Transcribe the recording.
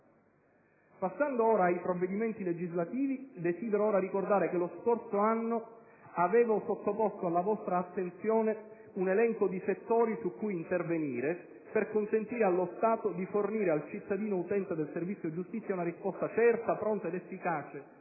Passando ora ai provvedimenti legislativi, desidero ricordare che lo scorso anno avevo sottoposto alla vostra attenzione un elenco di settori su cui intervenire, per consentire allo Stato di fornire al cittadino utente del servizio giustizia una risposta certa, pronta ed efficace